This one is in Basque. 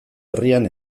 herrian